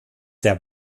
sehr